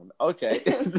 okay